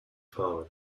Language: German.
fahrer